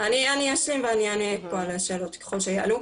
אני אשלים ואני אענה על השאלות ככל שיעלו.